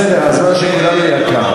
בסדר, הזמן של כולנו יקר.